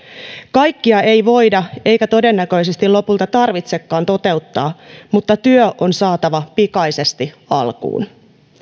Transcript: kaikkia ei voida eikä todennäköisesti lopulta tarvitsekaan toteuttaa mutta työ on saatava pikaisesti alkuun